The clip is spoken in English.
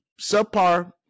subpar